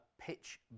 pitch